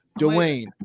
Dwayne